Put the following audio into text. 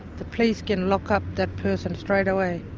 the police can lock up that person straight away,